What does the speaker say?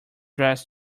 dress